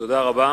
תודה רבה.